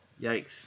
Yikes